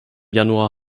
januar